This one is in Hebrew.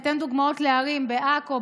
אני אתן דוגמאות לערים: עכו,